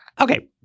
Okay